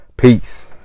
Peace